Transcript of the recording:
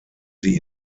sie